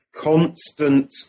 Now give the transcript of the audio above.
constant